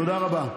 תודה רבה.